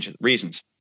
reasons